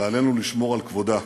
ועלינו לשמור על כבודה.